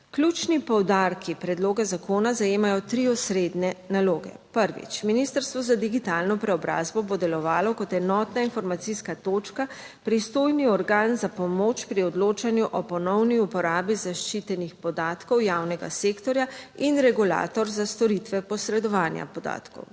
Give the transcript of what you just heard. Ključni poudarki predloga zakona zajemajo tri osrednje naloge. Prvič, Ministrstvo za digitalno preobrazbo bo delovalo kot enotna informacijska točka, pristojni organ za pomoč pri odločanju o ponovni uporabi zaščitenih podatkov javnega sektorja in regulator za storitve posredovanja podatkov.